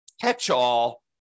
catch-all